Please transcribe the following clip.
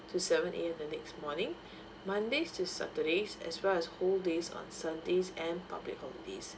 to seven A_M in the next morning mondays to saturdays as well as whole days on sundays and public holidays